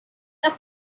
are